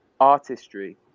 artistry